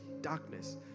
darkness